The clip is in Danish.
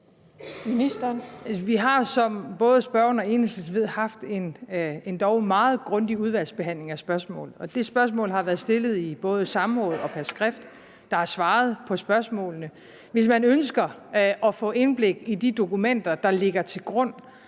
Vi har jo, som både spørgeren og Enhedslisten ved, haft en endog meget grundig udvalgsbehandling af spørgsmålet, og det spørgsmål har været stillet i både samråd og på skrift. Der er svaret på spørgsmålene. Hvis man ønsker at få indblik i de dokumenter, der ligger til grund